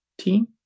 team